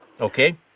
Okay